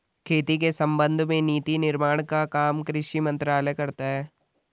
खेती के संबंध में नीति निर्माण का काम कृषि मंत्रालय करता है